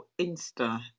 Insta